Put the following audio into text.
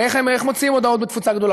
הרי איך מודיעים הודעות בתפוצה גדולה?